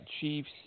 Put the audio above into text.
Chiefs